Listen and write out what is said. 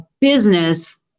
business